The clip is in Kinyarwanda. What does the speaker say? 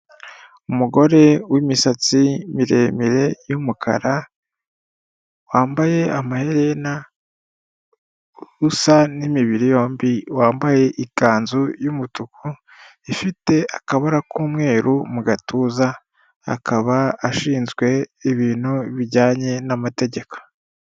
Umugore w'imisatsi miremire y'umukara wambaye amaherena usa n'imibiri yombi wambaye ikanzu y'umutuku ifite akabara k'umweru mu gatuza, akaba ashinzwe ibintu bijyanye n'amategeko.